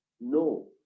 No